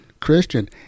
Christian